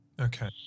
Okay